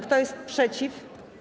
Kto jest przeciw?